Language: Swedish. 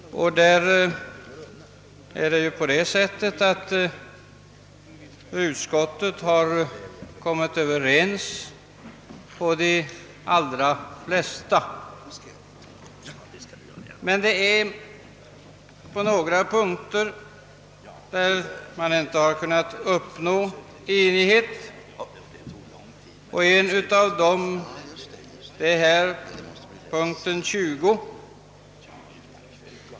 Herr talman! I föreliggande utskottsutlåtande har en rad punkter behandlats, och utskottet har ju kommit överens på de allra flesta. Men på några punkter har man inte kunnat uppnå enighet, och en av dessa är punkten 20.